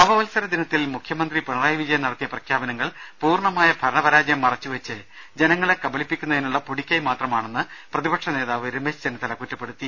നവവത്സര ദിനത്തിൽ മുഖ്യമന്ത്രി പിണറായി വിജയൻ നടത്തിയ പ്രഖ്യാപനങ്ങൾ പൂർണ്ണമായ ഭരണപരാജയം മറച്ചുവെച്ച് ജനങ്ങളെ കബ ളിപ്പിക്കുന്നതിനുള്ള പൊടിക്കൈ മാത്രമാണെന്ന് പ്രതിപക്ഷനേതാവ് രമേശ് ചെന്നിത്തല കുറ്റപ്പെടുത്തി